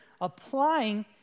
applying